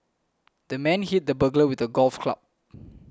the man hit the burglar with a golf club